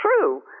true